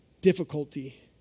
difficulty